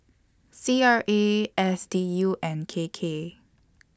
C R A S D U and K K